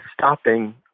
Stopping